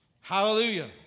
Hallelujah